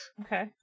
Okay